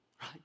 right